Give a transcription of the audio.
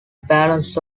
balance